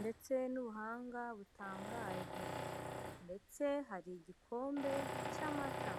ndetse n'ubuhanga butangaje, ndetse hari igikombe cy'amata.